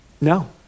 No